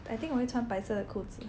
I think 我会穿白色的裤子